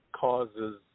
causes